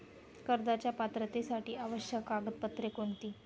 कर्जाच्या पात्रतेसाठी आवश्यक कागदपत्रे कोणती?